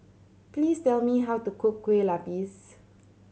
please tell me how to cook Kueh Lupis